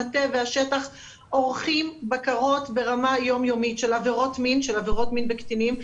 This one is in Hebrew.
המטה והשטח עורכים בקרות ברמה יום-יומית של עבירות מין בקטינים,